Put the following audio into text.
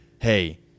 Hey